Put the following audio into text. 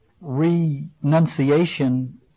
renunciation